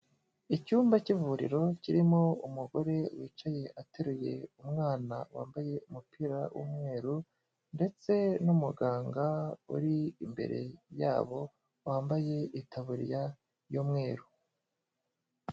Icyumba k'ivuriro kirimo umugore wicaye ateruye umwana wambaye umupira w'umweru ndetse n'umuganga uri imbere yabo wambaye itaburiya y'umweru.